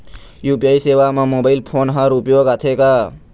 UPI सेवा म mobile phone हर उपयोग आथे का?